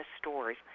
stores